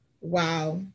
wow